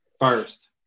First